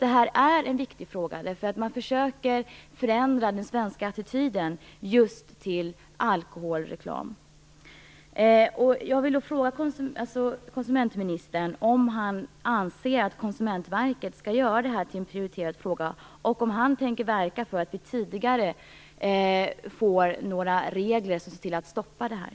Det här är en viktig fråga, för det handlar om försök att förändra den svenska attityden till alkoholreklam.